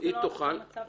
זה המצב